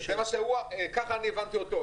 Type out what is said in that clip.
כך הבנתי אותו.